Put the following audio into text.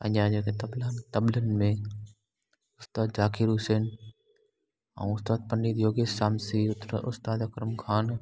पंहिंजा जेके तबलनि में उस्तादु जाक़िर हुसैन ऐं उस्तादु पंडित योगी सामसीर उस्तादु अक़रम ख़ान